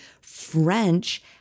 French